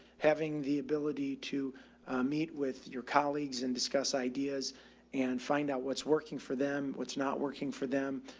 having the ability to meet with your colleagues and discuss ideas and find out what's working for them, what's not working for them.